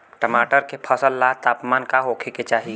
टमाटर के फसल ला तापमान का होखे के चाही?